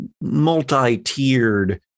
multi-tiered